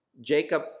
Jacob